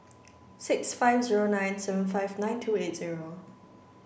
six five zero nine seven five nine two eight zero